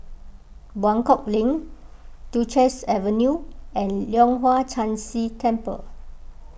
Buangkok Link Duchess Avenue and Leong Hwa Chan Si Temple